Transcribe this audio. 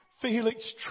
Felix